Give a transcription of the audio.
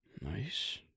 Nice